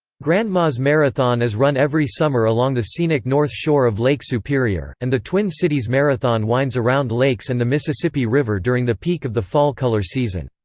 grandma's marathon is run every summer along the scenic north shore of lake superior, and the twin cities marathon winds around lakes and the mississippi river during the peak of the fall color season.